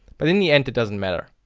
but in the end it doesn't matter.